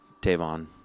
Tavon